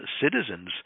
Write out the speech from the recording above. citizens